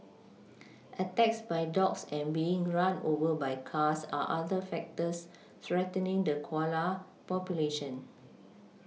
attacks by dogs and being run over by cars are other factors threatening the koala population